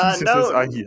No